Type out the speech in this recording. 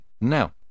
now